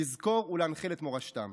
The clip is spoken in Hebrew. לזכור ולהנחיל את מורשתם.